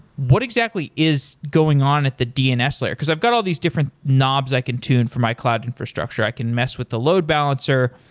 what exactly is going on at the dns layer? because i've got all these different knobs i can tune for my cloud infrastructure. i can mess with the load balancer.